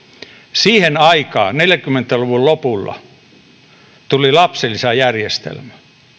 siihen aikaan neljäkymmentä luvun lopulla tuli lapsilisäjärjestelmä